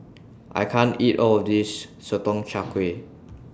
I can't eat All of This Sotong Char Kway